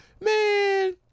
man